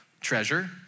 treasure